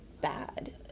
bad